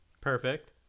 Perfect